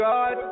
God